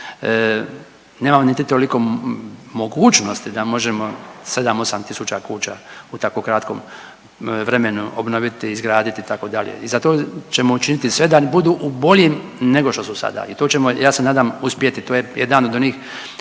nemam toliko ni mogućnosti da možemo 7, 8000 kuća u tako kratkom vremenu obnoviti, izgraditi itd. I zato ćemo učiniti sve da budu u boljim nego što su sada i tu ćemo ja se nadam uspjeti. To je jedan od onih